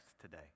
today